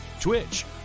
Twitch